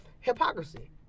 Hypocrisy